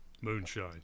Moonshine